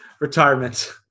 retirement